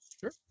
Sure